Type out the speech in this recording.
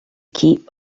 keep